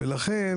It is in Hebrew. ולכן,